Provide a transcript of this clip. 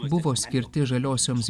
buvo skirti žaliosioms